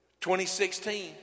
2016